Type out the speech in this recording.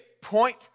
point